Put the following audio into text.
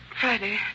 Friday